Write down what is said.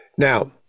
Now